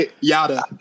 yada